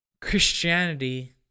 Christianity